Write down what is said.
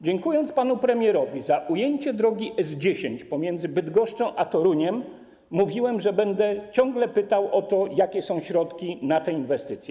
Dziękując panu premierowi za ujęcie drogi S10 na odcinku pomiędzy Bydgoszczą a Toruniem, mówiłem, że będę ciągle pytał o to, jakie są środki na tę inwestycję.